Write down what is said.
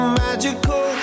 magical